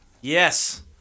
Yes